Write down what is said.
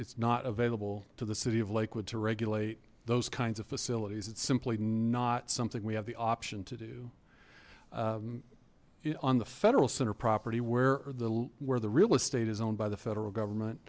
it's not available to the city of lakewood to regulate those kinds of facilities it's simply not something we have the option to do on the federal center property where the where the real estate is owned by the federal government